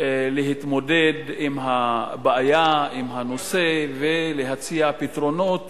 להתמודד עם הבעיה, עם הנושא, ולהציע פתרונות